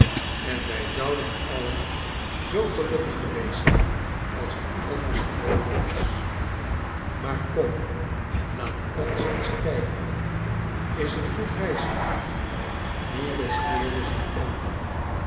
en wij zouden alien zoo gelukkig geweest zijn als t anders geloopen was maar kom laat ons eens kijken is t goed reisweer n meagles keerde zich om